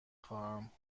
خواهم